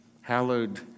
hallowed